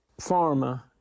pharma